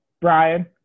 brian